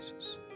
Jesus